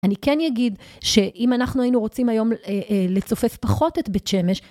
אני כן יגיד שאם אנחנו היינו רוצים היום לצופף פחות את בית שמש...